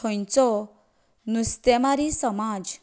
थंयचो नुस्तेमारी समाज